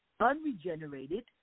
unregenerated